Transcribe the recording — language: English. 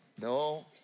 No